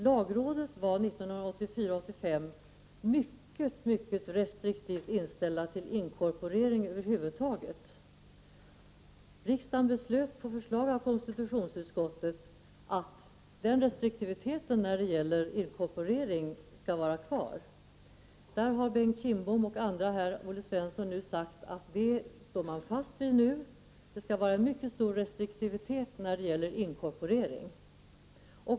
Lagrådet var 1984/85 mycket restriktivt inställt till inkorporering över huvud taget. Riksdagen beslöt på förslag av konstitutionsutskottet att den restriktiviteten när det gäller inkorporering skall vara kvar. Bengt Kindbom, Olle Svensson och andra har nu sagt att man står fast vid detta. Det skall vara mycket stor restriktivitet när det gäller inkorporering.